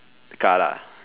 the car lah